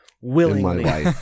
willingly